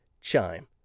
Chime